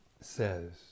says